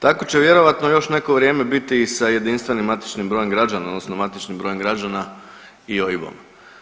Tako će vjerojatno još neko vrijeme biti i sa jedinstvenim matičnim brojem građana odnosno matičnim brojem građana i OIB-om.